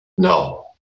No